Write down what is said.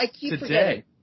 today